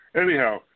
Anyhow